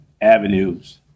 avenues